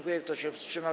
Kto się wstrzymał?